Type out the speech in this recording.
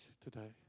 today